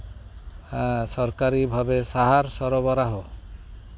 ᱥᱚᱨᱠᱟᱨᱤ ᱵᱷᱟᱵᱮ ᱥᱟᱦᱟᱨ ᱥᱚᱨᱚᱵᱚᱨᱟᱦᱚᱸ